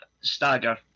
stagger